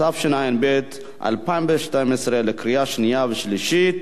התשע"ב 2012, לקריאה שנייה ושלישית,